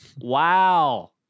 wow